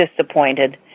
disappointed